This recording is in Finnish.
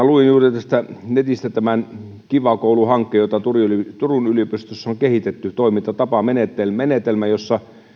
luin juuri netistä netistä tästä kiva koulu hankkeesta jota turun turun yliopistossa on kehitetty toimintatapamenetelmä jossa